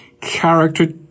character